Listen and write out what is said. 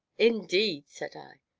indeed, said i.